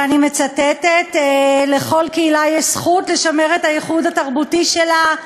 ואני מצטטת: לכל קהילה יש זכות לשמר את הייחוד התרבותי שלה,